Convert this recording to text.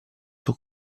tua